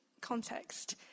context